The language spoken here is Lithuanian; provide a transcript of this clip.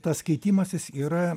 tas keitimasis yra